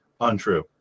untrue